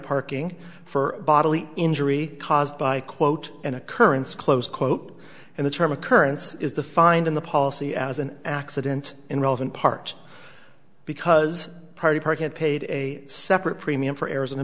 parking for bodily injury caused by quote an occurrence close quote and the term occurrence is defined in the policy as an accident in relevant part because party park had paid a separate premium for arizona